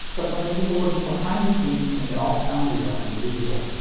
but from the people working behind the scenes to make it all sound real and believable.